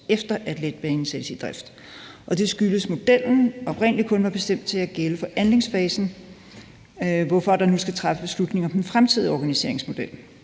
efter at letbanen sættes i drift. Det skyldes, at modellen oprindelig kun var bestemt til at gælde for anlægsfasen, hvorfor der nu skal træffes beslutninger om den fremtidige organiseringsmodel.